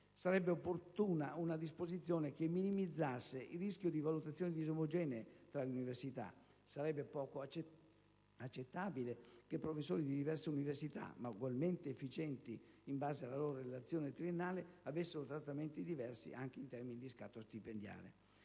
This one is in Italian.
Sarebbe opportuna una disposizione che minimizzasse il rischio di valutazioni disomogenee tra le università: sarebbe poco accettabile che professori di diverse università, ma ugualmente efficienti in base alla loro relazione triennale, avessero trattamenti diversi anche in termini di scatto stipendiale.